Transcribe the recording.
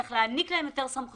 צריך להעניק להם יותר סמכויות.